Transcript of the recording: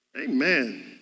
Amen